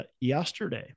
yesterday